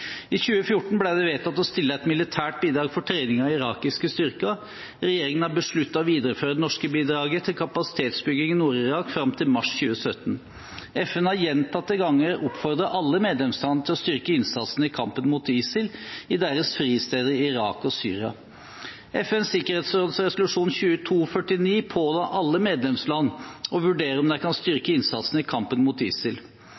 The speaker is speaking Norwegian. I 2014 ble det vedtatt å stille med et militært bidrag for trening av irakiske styrker. Regjeringen har besluttet å videreføre det norske bidraget til kapasitetsbygging i Nord-Irak frem til mars 2017. FN har gjentatte ganger oppfordret alle medlemsland til å styrke innsatsen i kampen mot ISIL i deres fristeder i Irak og Syria. FNs sikkerhetsråds resolusjon 2249 påla alle medlemsland å vurdere om de kan styrke innsatsen i kampen mot ISIL.